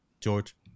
George